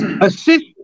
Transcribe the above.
Assist